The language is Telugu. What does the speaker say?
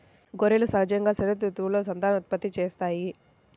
గొర్రెలు సహజంగా శరదృతువులో సంతానోత్పత్తి చేస్తాయి